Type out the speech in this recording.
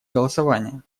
голосования